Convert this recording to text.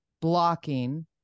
blocking